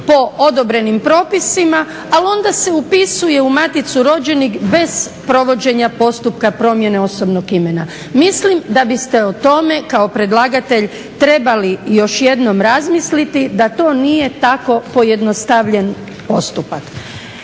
po odobrenim propisima, a onda se upisuje u Maticu rođenih bez provođenja postupka promjene osobnog imena. Mislim da biste o tome kao predlagatelj trebali još jednom razmisliti da to nije tako pojednostavljen postupak.